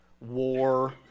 war